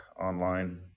online